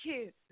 kids